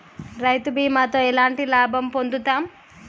రైతు బీమాతో ఎట్లాంటి లాభం పొందుతం?